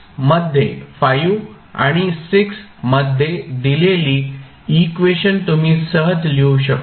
आणि मध्ये दिलेली इक्वेशन तुम्ही सहज लिहू शकतो